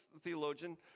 theologian